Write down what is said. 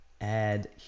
add